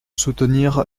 soutenir